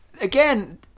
again